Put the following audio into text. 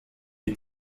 est